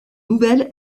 nouvelle